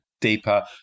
deeper